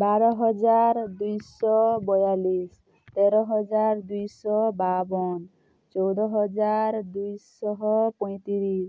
ବାର ହଜାର ଦୁଇ ଶହ ବୟାଳିଶି ତେର ହଜାର ଦୁଇ ଶହ ବାଉନ ଚଉଦ ହଜାର ଦୁଇ ଶହ ପଇଁତିରିଶି